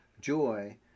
Joy